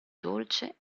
dolce